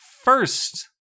first